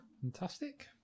Fantastic